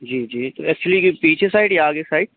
जी जी तो ऐक्चुली ये पीछे साइड या आगे साइड